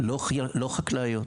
לא חקלאיות.